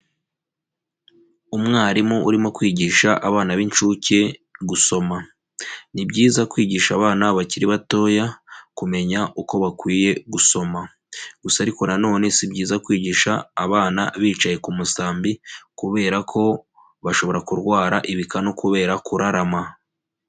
Umwarimu urimo kwigisha abana b'incuke gusoma. Ni byiza kwigisha abana bakiri batoya, kumenya uko bakwiye gusoma. Gusa ariko na none si byiza kwigisha abana bicaye ku musambi, kubera ko bashobora kurwara ibikanu kubera kurarama.